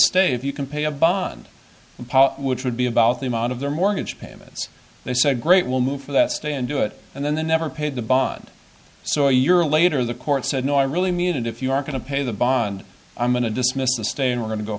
state if you can pay a bond which would be about the amount of their mortgage payments they said great we'll move for that stay and do it and then they never paid the bond so a year later the court said no i really mean it if you are going to pay the bond i'm going to dismiss the stay and we're going to go